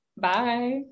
Bye